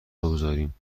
بگذاریم